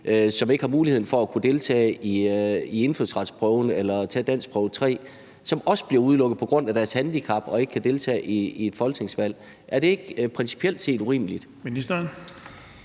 som ikke har mulighed for at deltage i indfødsretsprøven eller tage danskprøve 3, som også bliver udelukket på grund af deres handicap og ikke kan deltage i et folketingsvalg. Er det ikke principielt set urimeligt?